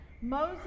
Moses